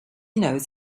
knows